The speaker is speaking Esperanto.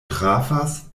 trafas